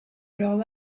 leurs